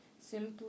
simply